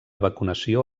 vacunació